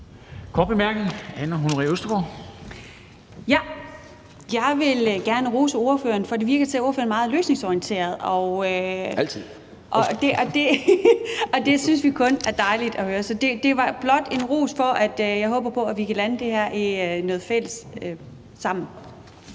Kl. 10:53 Anne Honoré Østergaard (V): Jeg vil gerne rose ordføreren. For det virker til, at ordføreren er meget løsningsorienteret, og det synes vi kun er dejligt at høre. Så det var blot en ros, og jeg håber på, at vi kan lande det her i noget fælles sammen.